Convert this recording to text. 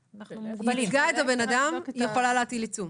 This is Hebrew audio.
היא ייצגה את הבן-אדם, היא יכולה להטיל עיצום.